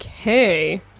okay